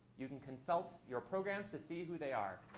you can consult your programs to see who they are.